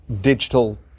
digital